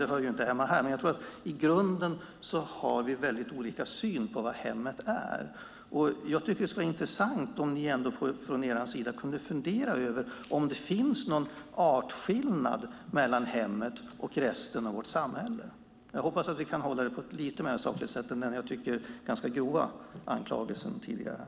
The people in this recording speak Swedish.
Det hör inte hemma här, men i grunden har vi väldigt olika syn på vad hemmet är. Det skulle vara intressant om ni från er sida kunde fundera över om det finns någon artskillnad mellan hemmet och resten av vårt samhälle. Jag hoppas att vi kan hålla det lite sakligare än den ganska grova anklagelse vi hörde i förra repliken.